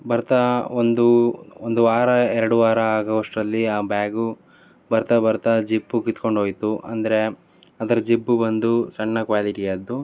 ಬರ್ತಾ ಒಂದು ಒಂದು ವಾರ ಎರಡು ವಾರ ಆಗುವಷ್ಟ್ರಲ್ಲಿ ಆ ಬ್ಯಾಗು ಬರ್ತಾ ಬರ್ತಾ ಜಿಪ್ಪು ಕಿತ್ಕೊಂಡು ಹೋಯ್ತು ಅಂದರೆ ಅದರ ಜಿಪ್ಪು ಬಂದು ಸಣ್ಣ ಕ್ವಾಲಿಟಿಯದ್ದು